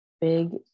big